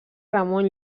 ramon